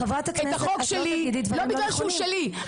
את החוק שלי, לא בגלל שהוא שלי.